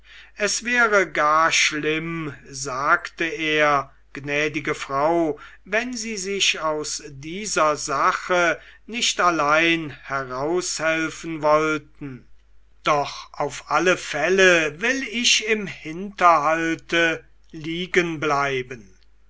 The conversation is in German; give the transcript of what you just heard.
es wäre gar schlimm sagte er gnädige frau wenn sie sich aus dieser sache nicht allein heraushelfen wollten doch auf alle fälle will ich im hinterhalte liegen bleiben